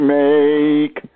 make